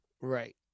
Right